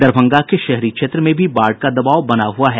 दरभंगा के शहरी क्षेत्र में भी बाढ़ का दबाव बना हुआ है